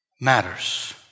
matters